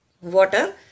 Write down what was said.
water